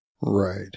Right